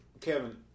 Kevin